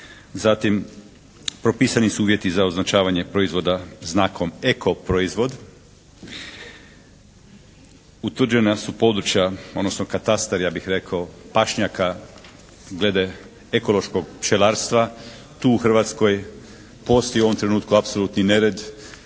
Zatim propisani su uvjeti za označavanje proizvoda znakom eko proizvod. Utvrđena su područja odnosno katastar ja bih rekao pašnjaka glede ekološkog pčelarstva. Tu u Hrvatskoj postoji u ovom trenutku apsolutni nered.